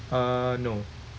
ah no